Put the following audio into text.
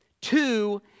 Two